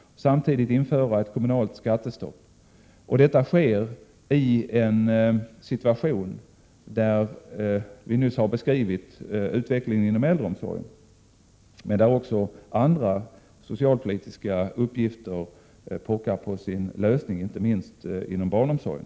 och samtidigt införa ett kommunalt skattestopp. Detta sker i en situation där utvecklingen inom äldreomsorgen är sådan som vi nyss beskrivit men där också andra socialpolitiska uppgifter pockar på sin lösning, inte minst inom barnomsorgen.